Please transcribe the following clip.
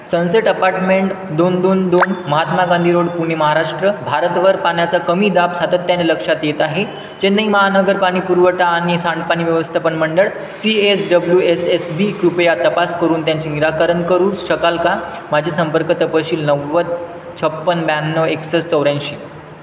sunset apartment दोन दोन दोन महात्मा गांधी रोड पुणे महाराष्ट्र भारतवर पाण्याचा कमी दाब सातत्याने लक्षात येत आहे चेन्नई महानगर पाणी पुरवठा आणि सांडपाणी व्यवस्थापन मंडळ C S W S S B कृपया तपास करून त्यांची निराकरण करू शकाल का माझे संपर्क तपशील नव्वद छप्पन्न ब्याण्णव एकसष्ट चौऱ्याऐंशी